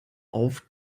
auf